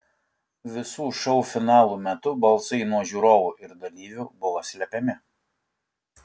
visų šou finalų metu balsai nuo žiūrovų ir dalyvių buvo slepiami